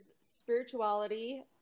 spirituality